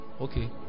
Okay